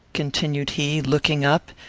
continued he, looking up,